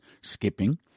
skipping